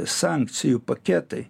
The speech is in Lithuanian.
sankcijų paketai